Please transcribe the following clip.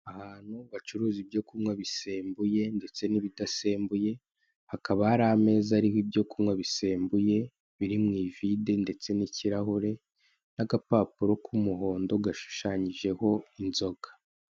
Ahantu bacuruza ibyo kunywa bisembuye ndetse n'ibidasembuye, hakaba hari ameza ariho ibyo kunywa bisembuye biri mu ivide ndetse n'ikirahure, n'agapapuro k'umuhondo gashushanyijeho inzoga.